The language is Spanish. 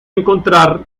encontrar